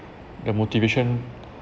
the motivation